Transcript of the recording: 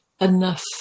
enough